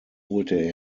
holte